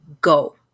go